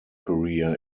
career